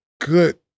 good